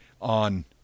on